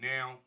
Now